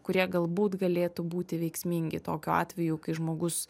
kurie galbūt galėtų būti veiksmingi tokiu atveju kai žmogus